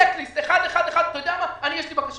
אתה יודע מה, אדוני היושב-ראש, אני מציע שתבקש